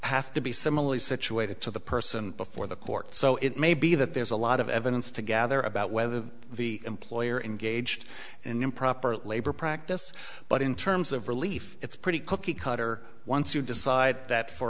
have to be similarly situated to the person before the court so it may be that there's a lot of evidence to gather about whether the employer engaged in improper labor practice but in terms of relief it's pretty cookie cutter once you decide that for